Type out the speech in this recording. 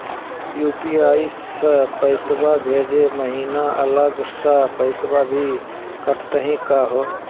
UPI स पैसवा भेजै महिना अलग स पैसवा भी कटतही का हो?